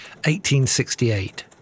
1868